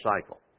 cycle